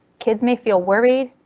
kids may feel worried,